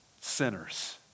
sinners